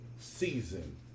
season